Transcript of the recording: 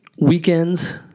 weekends